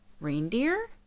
Reindeer